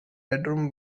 bedroom